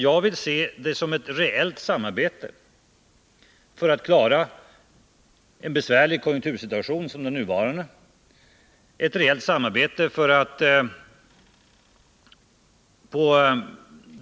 Jag vill se det hela som ett reellt samarbete.